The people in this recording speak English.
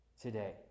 today